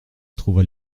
trouva